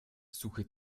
suche